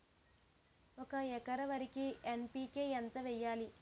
ఒక ఎకర వరికి ఎన్.పి కే ఎంత వేయాలి?